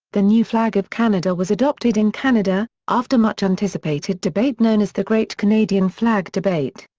the new flag of canada was adopted in canada, after much anticipated debate known as the great canadian flag debate.